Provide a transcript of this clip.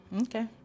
Okay